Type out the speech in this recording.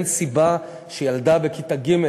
אין סיבה שילדה בכיתה ג',